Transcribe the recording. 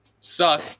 suck